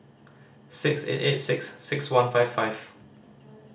six eight eight six six one five five